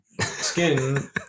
skin